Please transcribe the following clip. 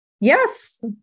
Yes